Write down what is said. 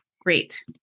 Great